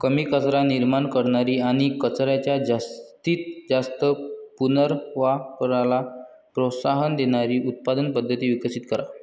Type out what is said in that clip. कमी कचरा निर्माण करणारी आणि कचऱ्याच्या जास्तीत जास्त पुनर्वापराला प्रोत्साहन देणारी उत्पादन पद्धत विकसित करा